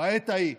בעת ההיא.